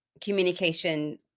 communication